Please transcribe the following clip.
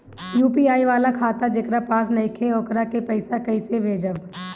UPI वाला खाता जेकरा पास नईखे वोकरा के पईसा कैसे भेजब?